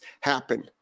happen